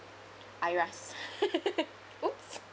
IRAS !oops!